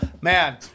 Man